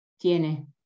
tiene